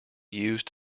used